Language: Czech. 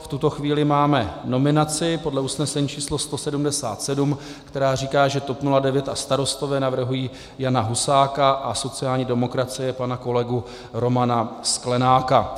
V tuto chvíli máme nominaci podle usnesení číslo 177, která říká, že TOP 09 a Starostové navrhují Jana Husáka a sociální demokracie pana kolegu Romana Sklenáka.